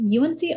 UNC